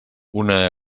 una